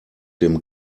dem